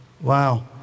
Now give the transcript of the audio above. Wow